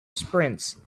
sprints